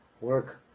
work